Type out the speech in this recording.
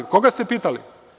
Koga ste pitali?